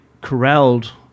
corralled